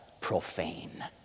profane